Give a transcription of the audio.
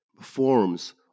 forms